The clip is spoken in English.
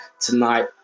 tonight